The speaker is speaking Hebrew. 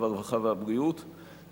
הרווחה והבריאות,